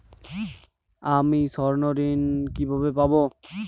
আমি স্বর্ণঋণ কিভাবে পাবো?